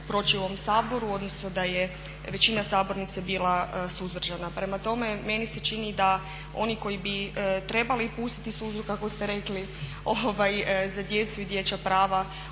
proći u ovom Saboru, odnosno da je većina sabornice bila suzdržana. Prema tome, meni se čini da oni koji bi trebali pustiti suzu kako ste rekli za djecu i dječja prava